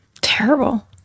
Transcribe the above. Terrible